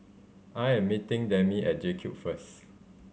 I am meeting Demi at JCube first